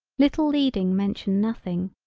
little leading mention nothing.